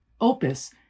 Opus